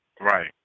Right